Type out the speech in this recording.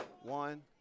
One